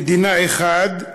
מדינה אחת,